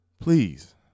Please